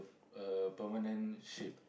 a permanent ship